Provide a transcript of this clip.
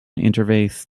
interface